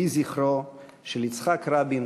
יהי זכרו של יצחק רבין,